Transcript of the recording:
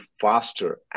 faster